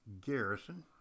Garrison